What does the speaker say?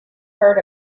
heard